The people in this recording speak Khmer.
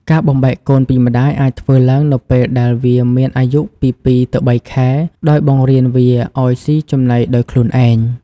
ការបំបែកកូនពីម្តាយអាចធ្វើឡើងនៅពេលដែលវាមានអាយុពីពីរទៅបីខែ ដោយបង្រៀនវាឲ្យស៊ីចំណីដោយខ្លួនឯង។